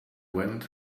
went